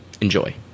Enjoy